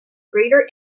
greater